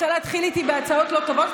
אתה רוצה להתחיל איתי בהצעות לא טובות?